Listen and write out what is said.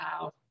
Wow